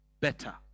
better